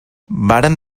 varen